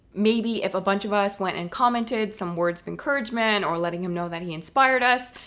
maybe if a bunch of us went and commented, some words of encouragement, or letting him know that he inspired us,